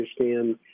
understand